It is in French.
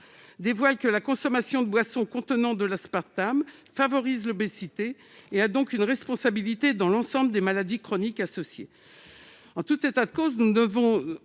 dévoile que la consommation de boissons contenant de l'aspartame favorise l'obésité et a donc une responsabilité dans l'ensemble des maladies chroniques qui y sont associées. En tout état de cause, nous devons